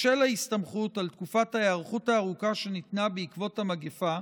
בשל ההסתמכות על תקופת ההיערכות הארוכה שניתנה בעקבות המגפה,